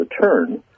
return